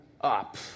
up